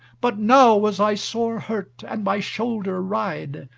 but now was i sore hurt, and my shoulder wried,